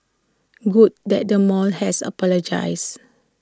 good that the mall has apologised